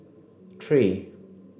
three